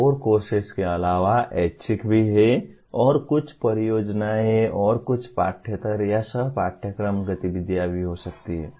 core courses के अलावा ऐच्छिक भी हैं और कुछ परियोजनाएं और कुछ पाठ्येतर या सह पाठयक्रम गतिविधियां भी हो सकती हैं